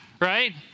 right